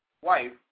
wife